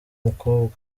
umukobwa